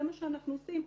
זה מה שאנחנו עושים,